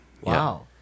Wow